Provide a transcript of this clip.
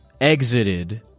exited